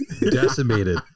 decimated